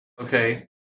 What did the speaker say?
okay